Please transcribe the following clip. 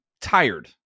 tired